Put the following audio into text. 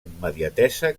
immediatesa